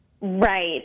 Right